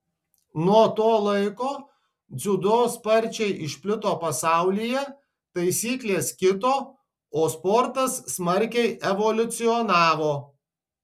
nuo to laiko dziudo sparčiai išplito pasaulyje taisyklės kito o sportas smarkiai evoliucionavo